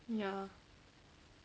ya